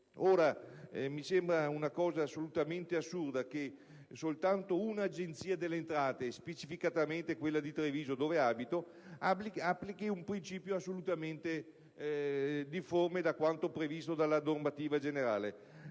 Mi sembra assurdo che soltanto un'Agenzia delle entrate, specificatamente quella di Treviso dove abito, applichi un principio assolutamente difforme da quanto previsto dalla normativa generale,